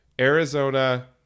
Arizona